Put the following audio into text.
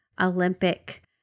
Olympic